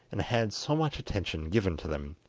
and had so much attention given to them,